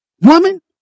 woman